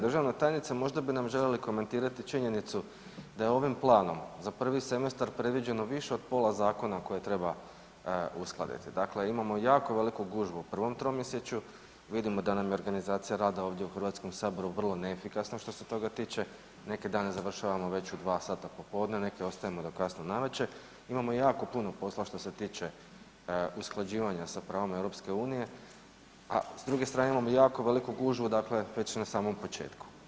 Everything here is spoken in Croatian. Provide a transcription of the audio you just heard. Državna tajnice, možda bi nam željeli komentirati činjenicu da je ovim planom za prvi semestar predviđeno više od pola zakona koje treba uskladiti, dakle imamo jako veliku gužvu u prvom tromjesečju, vidimo da nam je organizacija rada ovdje u Hrvatskom saboru vrlo neefikasna što se toga tiče, neki dane završavamo već u 2 sata popodne, neke ostajemo do kasno navečer, imamo jako puno posla što se tiče usklađivanja sa pravom EU-a a s druge strane imamo jako veliku gužvu, dakle već na samom početku.